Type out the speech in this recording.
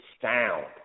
sound